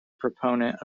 proponent